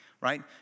right